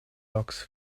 logs